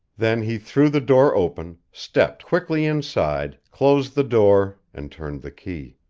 then he threw the door open, stepped quickly inside, closed the door, and turned the key.